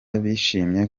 bishimiye